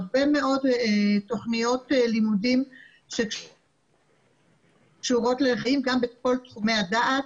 הרבה מאוד תוכניות לימודים שקשורות --- גם בכל תחומי הדעת.